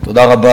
תודה רבה.